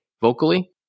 vocally